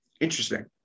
Interesting